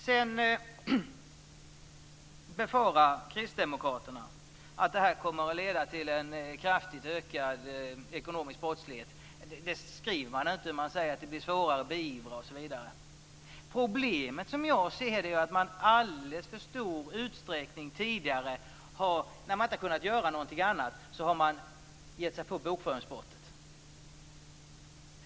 Sedan befarar Kristdemokraterna att detta kommer att leda till en kraftig ökad ekonomisk brottslighet. Man skriver inte det, men man skriver att det blir svårare att beivra osv. Problemet, som jag ser det, är att man i alldeles för stor utsträckning tidigare, när man inte har kunnat göra någonting annat, har gett sig på bokföringsbrottet.